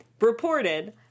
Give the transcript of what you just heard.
reported